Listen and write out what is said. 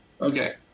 Okay